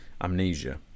amnesia